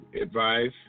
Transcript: advice